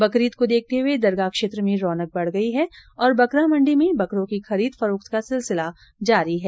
बकरीद को देखते हुए दरगाह क्षेत्र में रौनक बढ़ गई है और बकरा मंडी में बकरों की खरीद फरोख्त का सिलसिला जारी है